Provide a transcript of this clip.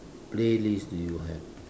playlist do you have